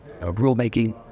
rulemaking